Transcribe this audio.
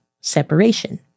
separation